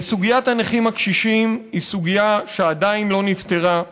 סוגיית הנכים הקשישים היא סוגיה שעדיין לא נפתרה.